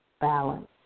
balance